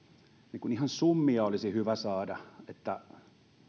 ihan summia olisi hyvä saada